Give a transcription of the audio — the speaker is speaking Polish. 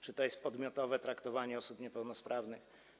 Czy to jest podmiotowe traktowanie osób niepełnosprawnych?